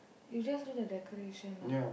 you just do the decoration lah